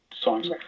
songs